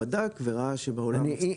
בדק וראה שבעולם מפסיקים להשתמש בזה.